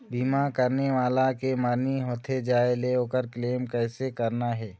बीमा करने वाला के मरनी होथे जाय ले, ओकर क्लेम कैसे करना हे?